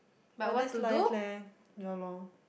but that's life leh ya lor